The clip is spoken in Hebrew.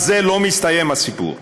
בזה לא מסתיים סיפור ההוצאות,